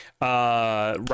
right